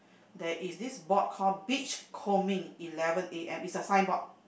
there is this board call beachcombing eleven A_M is a sign board